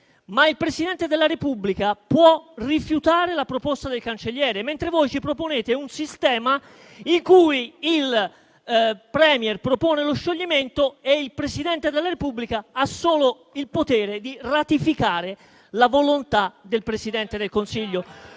ma il Presidente della Repubblica può rifiutare la proposta del Cancelliere, mentre voi ci proponete un sistema in cui il *Premier* propone lo scioglimento e il Presidente della Repubblica ha solo il potere di ratificare la volontà del Presidente del Consiglio.